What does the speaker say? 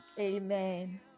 Amen